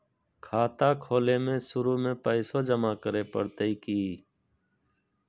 खाता खोले में शुरू में पैसो जमा करे पड़तई की?